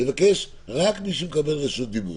אני מבקש רק מי שמקבל רשות דיבור.